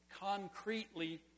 concretely